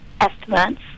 estimates